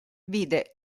vide